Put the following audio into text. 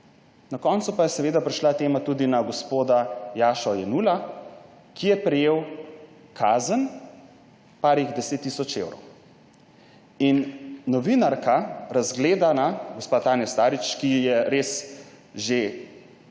na koncu pa je seveda prešla tema tudi na gospoda Jašo Jenulla, ki je prejel kazen nekaj deset tisoč evrov. In novinarka, razgledana, gospa Tanja Starič, ki je res že tri